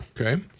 Okay